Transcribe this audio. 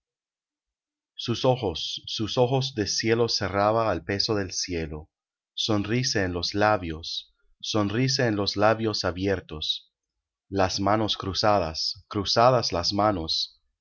sus ojos sus ojos de cielo cerraba al peso del cielo sonrisa en los labios sonrisa en los labios abiertos las manos cruzadas cruzadas las manos